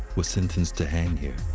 was sentenced to hang here.